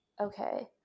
Okay